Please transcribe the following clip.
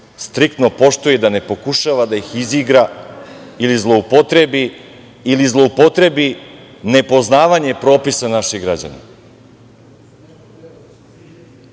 striktno poštuje i da ne pokušava da ih izigra ili zloupotrebi nepoznavanje propisa naših građana.